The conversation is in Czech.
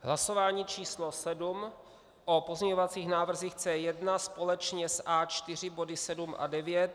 Hlasování číslo sedm o pozměňovacích návrzích C1 společně s A4, body 7 a 9.